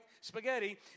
spaghetti